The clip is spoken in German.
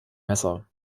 messer